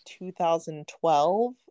2012